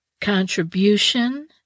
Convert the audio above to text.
contribution